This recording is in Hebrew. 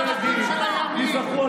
את מה שאמרו ז'בוטינסקי ובגין,